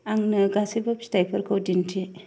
आंनो गासैबो फिथाइफोरखौ दिन्थि